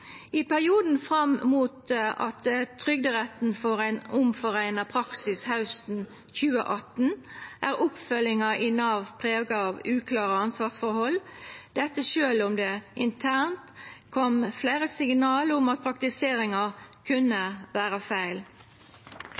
I perioden fram mot at Trygderetten får ein omforeina praksis hausten 2018, er oppfølginga i Nav prega av uklare ansvarsforhold, dette sjølv om det internt kom fleire signal om at praktiseringa kunne vera feil.